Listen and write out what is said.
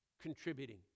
contributing